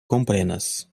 komprenas